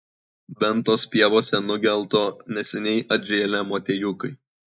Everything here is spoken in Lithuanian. ventos pievose nugelto neseniai atžėlę motiejukai